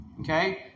Okay